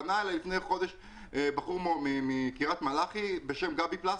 פנה אליי לפני חודש בחור מקריית מלאכי בשם גבי ---,